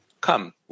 Come